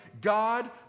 God